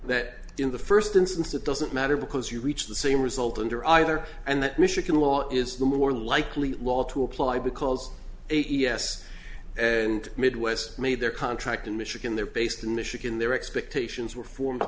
that in the first instance it doesn't matter because you reach the same result under either and that michigan law is the more likely law to apply because a t s and midwest made their contract in michigan they're based in michigan their expectations were formed